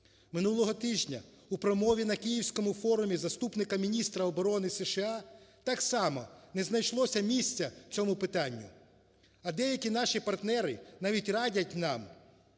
Минулого тижня у промові на київському форумі заступника міністра оборони США так само не знайшлося місця цьому питанню, а деякі наші партнери навіть радять нам